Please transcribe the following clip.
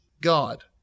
God